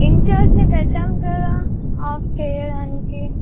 ఇన్చార్జిని పెట్టాం కదా ఆఫ్ చేయడానికి